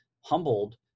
humbled